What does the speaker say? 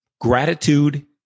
Gratitude